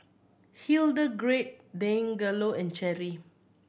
Hildegarde Deangelo and Cherry